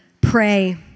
pray